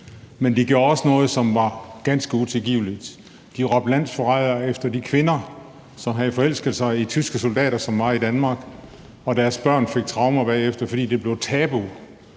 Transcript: Men de gjorde også noget, som var ganske utilgiveligt: De råbte landsforræder efter de kvinder, som havde forelsket sig i tyske soldater, som var i Danmark, og deres børn fik traumer bagefter, fordi det blev tabu.